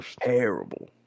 Terrible